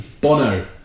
Bono